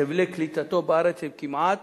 חבלי קליטתו בארץ הם כמעט